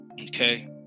Okay